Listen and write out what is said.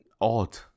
odd